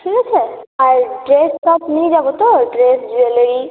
ঠিক আছে আর ড্রেস সব নিয়ে যাব তো ড্রেস জুয়েলারি